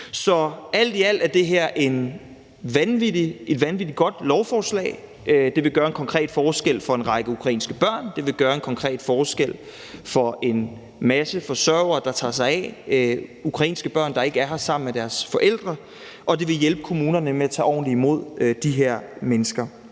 Så alt i alt er det her et vanvittig godt lovforslag. Det vil gøre en konkret forskel for en række ukrainske børn. Det vil gøre en konkret forskel for en masse forsørgere, som tager sig af ukrainske børn, der ikke er her sammen med deres forældre. Og det vil hjælpe kommunerne med at kunne tage ordentligt imod de her mennesker.